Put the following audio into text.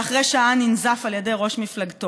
ואחרי שעה ננזף על ידי ראש מפלגתו,